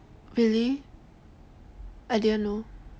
really I didn't know